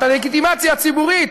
את הלגיטימציה הציבורית,